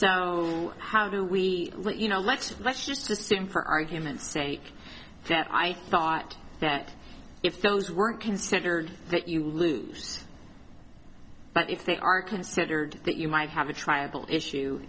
so how do we let you know let's let's just assume for argument's sake that i thought that if those were considered that you lose but if they are considered that you might have a triable issue